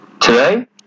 Today